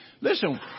listen